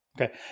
Okay